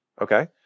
okay